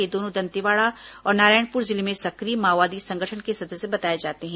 ये दोनों दंतेवाड़ा और नारायणपुर जिले में सक्रिय माओवादी संगठन के सदस्य बताए जाते हैं